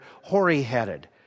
hoary-headed